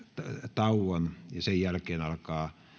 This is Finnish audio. tauon sen jälkeen alkaa